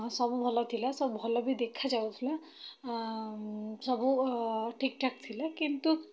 ସବୁ ଭଲ ଥିଲା ସବୁ ଭଲ ବି ଦେଖାଯାଉଥିଲା ସବୁ ଠିକ୍ ଠାକ୍ ଥିଲା କିନ୍ତୁ